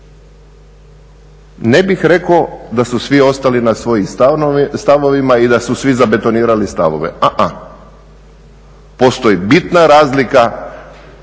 Ne bih rekao da su svi ostali na svojim stavovima i da su svi zabetonirali stavove. Postoji bitna razlika